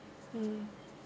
mm